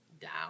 down